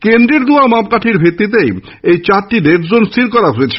কেন্দ্রের দেওয়া মাপকাঠির ভিত্তিতেই এই চারটি রেড জোন স্হির করা হয়েছে